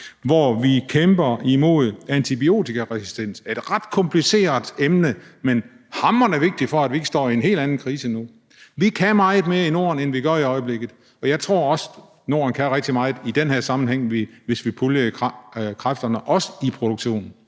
hvor vi kæmper imod antibiotikaresistens – et ret kompliceret emne, men hamrende vigtigt for, at vi ikke står i en helt anden krise end nu. Vi kan meget mere i Norden, end vi gør i øjeblikket, og jeg tror også, at Norden kan rigtig meget i den her sammenhæng, hvis vi puljede kræfterne også i en produktion.